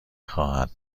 خواهد